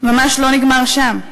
לא נגמר שם,